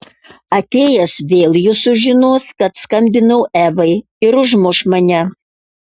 atėjęs vėl jis sužinos kad skambinau evai ir užmuš mane